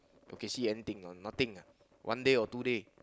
okay see anything or not nothing ah one day or two day